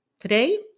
today